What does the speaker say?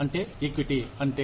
అంటే ఈక్విటీ అంటే